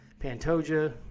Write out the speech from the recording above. Pantoja